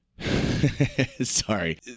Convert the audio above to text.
sorry